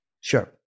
Sure